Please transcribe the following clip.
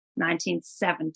1970